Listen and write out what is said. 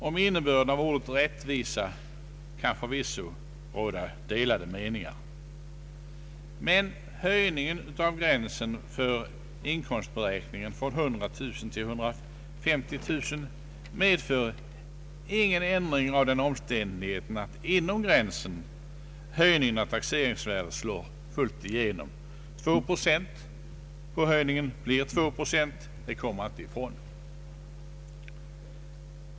Om innebörden av ordet orättvisa kan förvisso råda delade meningar, men höjningen av gränsen för inkomstberäkningen från 100 000 till 150 000 kronor medför ingen ändring av den omständigheten att inom gränsen höjningen av taxeringsvärdet slår fullt igenom. 2 procents höjning blir 2 procent. Det kommer man inte ifrån.